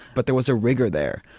but there was a rigour there.